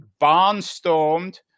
barnstormed